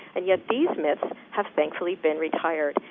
and yet these myths have thankfully been retired,